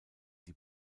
die